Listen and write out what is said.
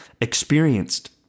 experienced